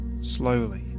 slowly